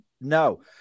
No